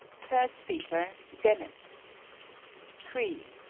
third speaker dennett three.